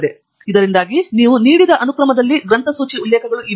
ಇದರಿಂದಾಗಿ ನೀವು ನೀಡಿದ್ದ ಅನುಕ್ರಮದಲ್ಲಿ ಗ್ರಂಥಸೂಚಿ ಉಲ್ಲೇಖಗಳು ಇವೆ